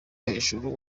hejuru